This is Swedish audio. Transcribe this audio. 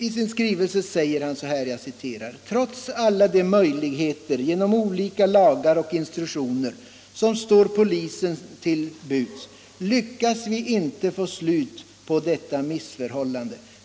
I skrivelsen säger poliskommissarien: ”Trots alla de möjligheter genom olika lagar och instruktioner som står polisen till buds lyckas vi inte få slut på detta missförhållande.